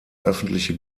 öffentliche